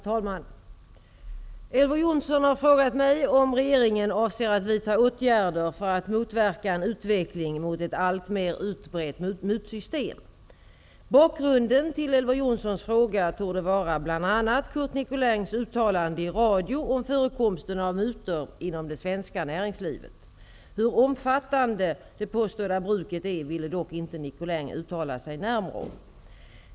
Herr talman! Elver Jonsson har frågat mig om regeringen avser att vidta åtgärder för att motverka en utveckling mot ett alltmer utbrett mutsystem. Bakgrunden till Elver Jonssons fråga torde vara bl.a. Curt Nicolins uttalande i radio om förekomsten av mutor inom det svenska näringslivet. Hur omfattande det påstådda bruket är ville dock inte Nicolin uttala sig närmare om.